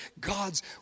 god's